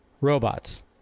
Robots